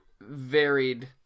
varied